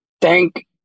thank